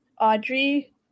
Audrey